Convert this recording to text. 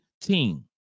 team